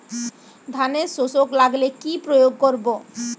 ধানের শোষক লাগলে কি প্রয়োগ করব?